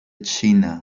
china